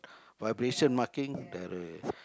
vibration marking